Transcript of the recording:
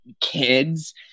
kids